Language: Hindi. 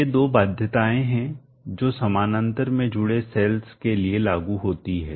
ये दो बाध्यताएं हैं जो समानांतर में जुड़े सेल्स के लिए लागू होती हैं